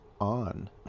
on